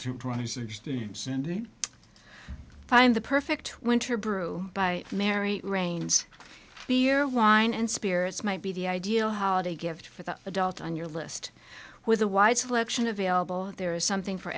in find the perfect winter brew by mary rains beer wine and spirits might be the ideal holiday gift for the adult on your list with a wide selection available there is something for